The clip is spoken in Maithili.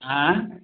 आँय